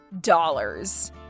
Dollars